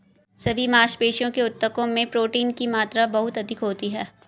सभी मांसपेशियों के ऊतकों में प्रोटीन की मात्रा बहुत अधिक होती है